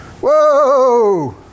whoa